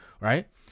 right